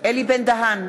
אלי בן-דהן,